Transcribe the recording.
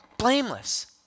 blameless